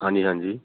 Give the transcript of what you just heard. ਹਾਂਜੀ ਹਾਂਜੀ